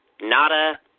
Nada